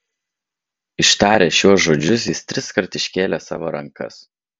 ištaręs šiuos žodžius jis triskart iškėlė savo rankas